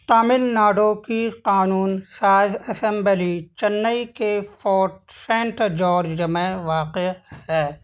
تامل ناڈو کی قانون ساز اسمبلی چنئی کے فورٹ سینٹ جارج میں واقع ہے